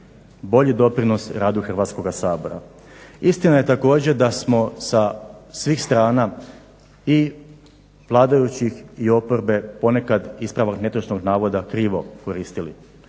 bolji doprinos radu Hrvatskoga sabora. Istina je također da smo sa svih strana, i vladajućih i oporbe, ponekad ispravak netočnog navoda krivo koristili,